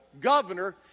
governor